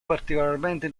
particolarmente